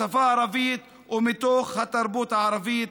בשפה הערבית ומתוך התרבות הערבית,